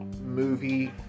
movie